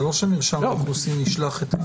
זה לא שמרשם האוכלוסין ישלח את ההודעה.